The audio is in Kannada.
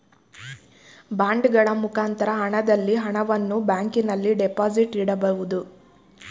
ಬಾಂಡಗಳ ಮುಖಾಂತರ ಹಣದಲ್ಲಿ ಹಣವನ್ನು ಬ್ಯಾಂಕಿನಲ್ಲಿ ಡೆಪಾಸಿಟ್ ಇರಬಹುದು